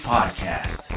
Podcast